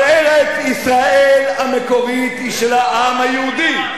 אבל ארץ-ישראל המקורית היא של העם היהודי,